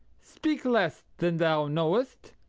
speak less than thou knowest,